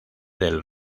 del